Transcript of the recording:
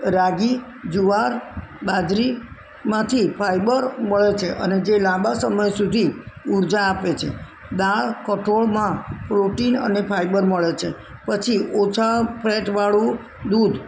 રાગી જુવાર બાજરીમાંથી ફાયબર મળે છે અને જે લાંબા સમય સુધી ઉર્જા આપે છે દાળ કઠોળમાં પ્રોટીન અને ફાયબર મળે છે પછી ઓછા ફેટવાળું દૂધ